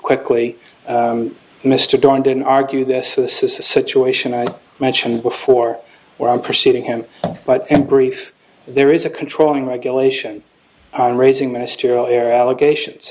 quickly mr daunt didn't argue this the situation i mentioned before where i'm proceeding him but and brief there is a controlling regulation on raising ministerial air allegations